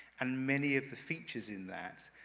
and many of the features in that,